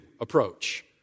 approach